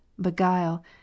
beguile